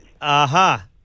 Aha